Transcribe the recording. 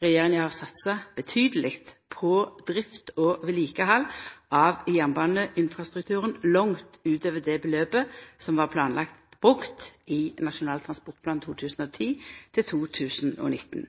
Regjeringa har satsa betydeleg på drift og vedlikehald av jernbaneinfrastrukturen, langt utover det beløpet som var planlagt brukt i Nasjonal transportplan 2010–2019.